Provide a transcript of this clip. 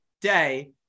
day